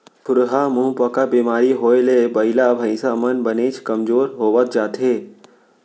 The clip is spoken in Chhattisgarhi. खुरहा मुहंपका बेमारी होए ले बइला भईंसा मन बनेच कमजोर होवत जाथें